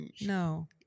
no